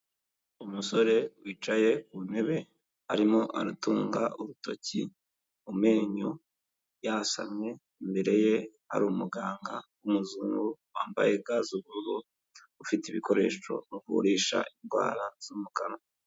Umusore wicaye ku ntebe arimo aratunga urutoki mu menyo yasamye imbere ye hari umuganga w'umuzungu wambaye ga z'ubururu ufite ibikoresho bivurisha indwara zo mu kanwa.